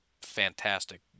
fantastic